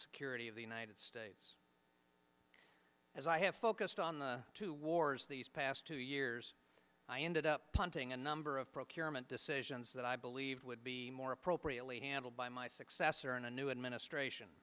security of the united states as i have focused on the two wars these past two years i ended up punting a number of procurement decisions that i believe would be more appropriately handled by my successor in a new administration